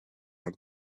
not